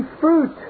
fruit